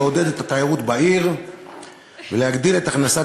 לעודד את התיירות בעיר ולהגדיל את הכנסת